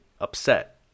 upset